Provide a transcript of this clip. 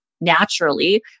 Naturally